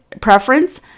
preference